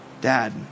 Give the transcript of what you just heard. Dad